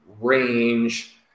range